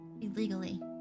illegally